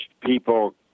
people